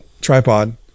tripod